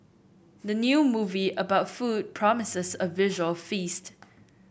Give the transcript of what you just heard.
the new movie about food promises a visual feast